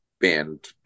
band